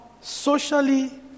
socially